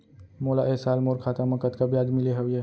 मोला ए साल मोर खाता म कतका ब्याज मिले हवये?